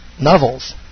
Novels